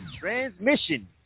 Transmission